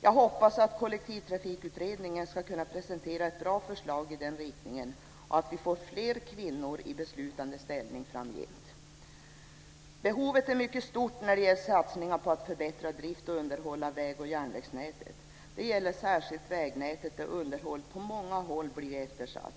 Jag hoppas att Kollektivtrafikutredningen ska kunna presentera ett bra förslag i den riktningen och att vi får fler kvinnor i beslutande ställning framgent. Behovet är mycket stort när det gäller satsningar på att förbättra drift och underhåll av väg och järnvägsnätet. Det gäller särskilt vägnätet, där underhållet på många håll blir eftersatt.